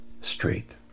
straight